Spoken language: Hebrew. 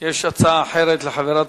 יש הצעה אחרת לחברת